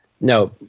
No